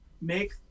make